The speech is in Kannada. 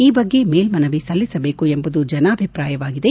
ಈ ಬಗ್ಗೆ ಮೇಲನವಿ ಸಲ್ಲಿಸಬೇಕು ಎಂಬುದು ಜನಾಭಿಪ್ರಾಯವಾಗಿದೆ